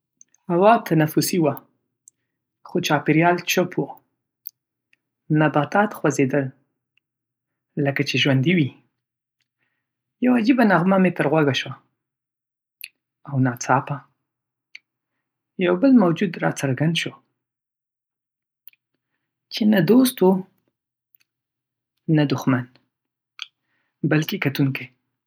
هوا تنفسي وه، خو چاپېریال چوپ و. نباتات خوځېدل، لکه چې ژوندی وي. یوه عجیبه نغمه تر می غوږه شوه، او ناڅاپه، یو بل موجود راڅرګند شو — چې نه دوست و، نه دښمن... بلکې کتوونکی.